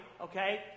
okay